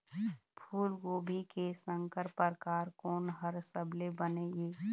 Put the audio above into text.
फूलगोभी के संकर परकार कोन हर सबले बने ये?